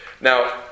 Now